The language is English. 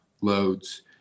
loads